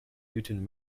newton